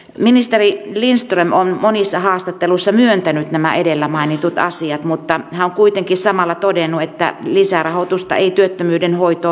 ministeri lindström on monissa haastatteluissa myöntänyt nämä edellä mainitut asiat mutta hän on kuitenkin samalla todennut että lisärahoitusta ei työttömyyden hoitoon tule